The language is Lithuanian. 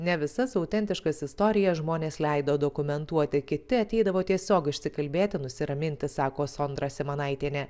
ne visas autentiškas istorijas žmonės leido dokumentuoti kiti ateidavo tiesiog išsikalbėti nusiraminti sako sondra simanaitienė